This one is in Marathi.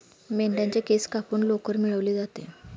मेंढ्यांच्या केस कापून लोकर मिळवली जाते